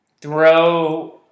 throw